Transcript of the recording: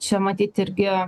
čia matyt irgi